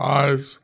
eyes